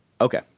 Okay